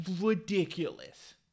ridiculous